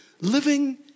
living